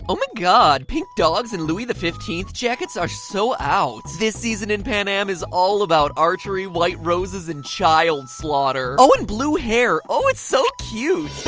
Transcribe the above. oh my god, pink dogs and louis the fifteenth jackets are so out! this season in panem is all about archery, white roses and child slaughter. oh and blue hair oh, it's so cute.